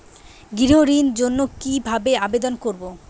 গৃহ ঋণ জন্য কি ভাবে আবেদন করব?